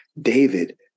David